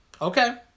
Okay